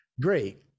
great